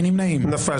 הצבעה לא אושרה נפל.